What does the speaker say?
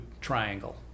triangle